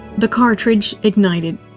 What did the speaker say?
the cartridge ignited.